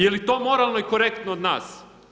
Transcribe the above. Jeli to moralno i korektno od nas?